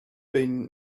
been